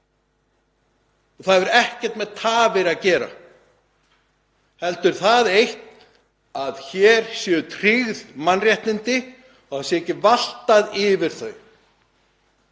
Það hefur ekkert með tafir að gera heldur það eitt að hér séu mannréttindi tryggð og það sé ekki valtað yfir þau,